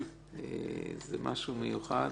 זה משהו מיוחד.